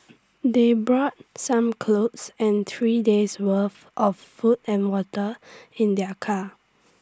they brought some clothes and three days' worth of food and water in their car